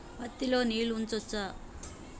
పత్తి లో నీళ్లు ఉంచచ్చా?